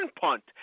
punt